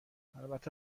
البته